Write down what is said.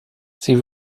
sie